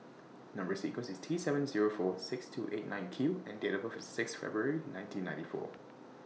Number sequence IS T seven Zero four six two eight nine Q and Date of birth IS six February nineteen ninety four